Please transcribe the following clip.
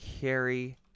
carry